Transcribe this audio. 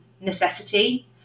necessity